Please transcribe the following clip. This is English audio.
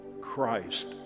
Christ